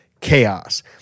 chaos